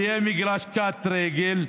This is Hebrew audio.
יהיה מגרש קט-רגל,